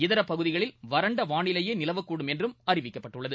இதர பகுதிகளில் வறண்ட வானிலையே நிலவக்கூடும் என்றும் அறிவிக்கப்பட்டுள்ளது